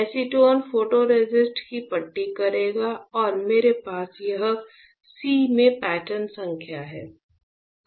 acetone photoresist की पट्टी करेगा और मेरे पास यह C में पैटर्न संख्या है